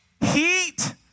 heat